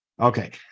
Okay